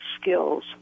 skills